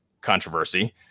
controversy